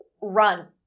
run